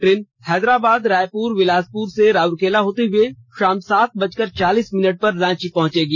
train Hyderabad Raipur Bilaspur से राउरकेला होते हुए शाम सात बजकर चालीस मिनट पर रांची पहुंचेगी